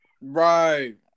Right